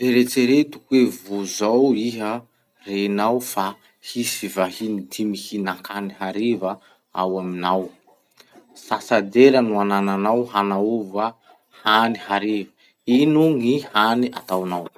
Eritsereto hoe vo zao iha renao fa hisy vahiny dimy hihinakany hariva ao aminao. Sasadera no anananao hanaova hany hariva. Ino gny hany ataonao?